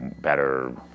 better